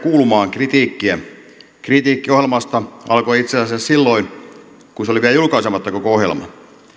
kuulumaan kritiikkiä kritiikki ohjelmasta alkoi itse asiassa silloin kun se oli vielä julkaisematta koko ohjelma